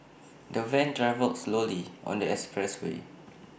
the van travelled slowly on the expressway